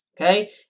okay